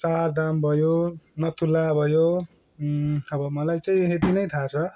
चार धाम भयो नथुला भयो अब मलाई चाहिँ यती नै थाहा छ